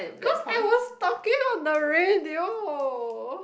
cause I was talking on the radio